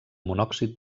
monòxid